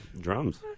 Drums